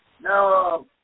Now